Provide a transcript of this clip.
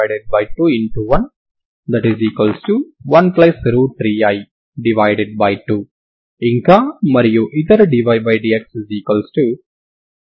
113i2 ఇంకా మరియు ఇతర dydxB B2 4AC2A 1 12 4